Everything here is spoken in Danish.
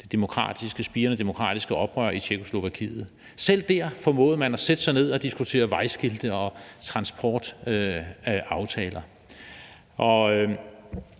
det spirende demokratiske oprør i Tjekkoslovakiet. Selv der formåede man at sætte sig ned og diskutere vejskilte og transportaftaler.